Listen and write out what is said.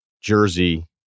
Jersey